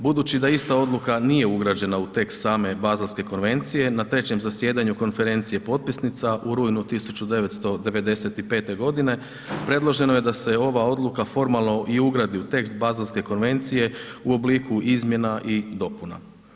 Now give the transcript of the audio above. Budući da ista odluka nije ugrađena u tekst same Bazelske konvencije, na 3. zasjedanju konferencije potpisnica u rujnu 1995. godine predloženo je da se ova odluka formalno i ugradi u tekst Bazelske konvencije u obliku izmjena i dopuna.